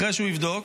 אחרי שהוא יבדוק,